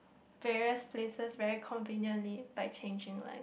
various places very conveniently by changing line